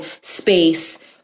space